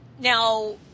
Now